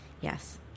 Yes